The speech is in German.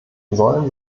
sollen